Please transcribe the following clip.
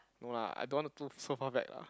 no lah I don't want to too so far back lah